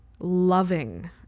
loving